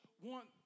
want